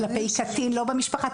כלפי קטין לא במשפחה,